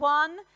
one